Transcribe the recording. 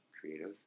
creative